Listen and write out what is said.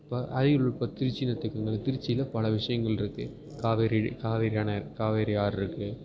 இப்போ அரியலூர் இப்போ திருச்சின்னு எடுத்துக்கங்களேன் திருச்சியில் பல விஷயங்கள் இருக்குது காவேரி காவேரி அணை காவேரி ஆறு இருக்குது